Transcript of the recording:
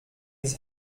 ins